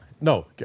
No